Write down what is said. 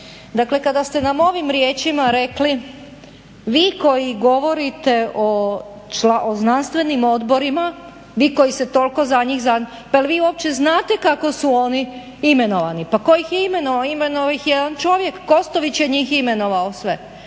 Dakle, kada ste nam ovim riječima rekli vi koji govorite o znanstvenim odborima, vi koji se toliko za njih pa vi uopće znate kako su oni imenovani? Pa tko ih je imenovao? Imenovao ih je jedan čovjek, KOstović je njih imenovao sve.